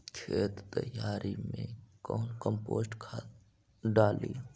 खेत तैयारी मे कौन कम्पोस्ट खाद डाली?